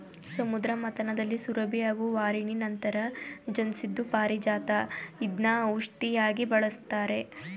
ಸಮುದ್ರ ಮಥನದಲ್ಲಿ ಸುರಭಿ ಹಾಗೂ ವಾರಿಣಿ ನಂತರ ಜನ್ಸಿದ್ದು ಪಾರಿಜಾತ ಇದ್ನ ಔಷ್ಧಿಯಾಗಿ ಬಳಸ್ತಾರೆ